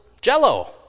jello